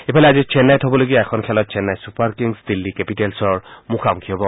ইফালে আজি চেন্নাইত হ'বলগীয়া এখন খেলত চেন্নাই ছুপাৰ কিংছ দিন্নী কেপিটেল্ছৰ মুখামুখি হ'ব